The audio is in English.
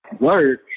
work